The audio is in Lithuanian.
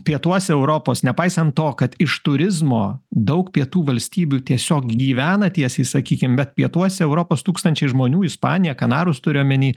pietuose europos nepaisant to kad iš turizmo daug pietų valstybių tiesiog gyvena tiesiai sakykim bet pietuose europos tūkstančiai žmonių ispanija kanarus turiu omeny